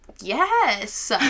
Yes